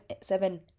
seven